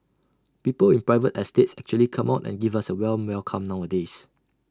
people in private estates actually come out and give us A warm welcome nowadays